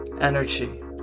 Energy